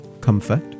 comfort